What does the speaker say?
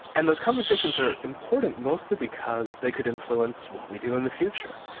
and those conversations are important, mostly because they could influence what we do in the future.